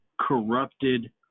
corrupted